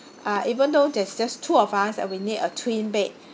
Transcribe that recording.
uh even though there's just two of us and we need a twin bed